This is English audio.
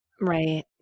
Right